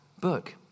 book